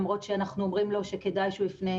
למרות שאנחנו אומרים לו שכדאי שהוא יפנה.